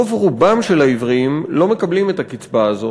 רוב רובם של העיוורים לא מקבלים את הקצבה הזו,